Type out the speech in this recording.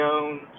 Jones